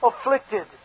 afflicted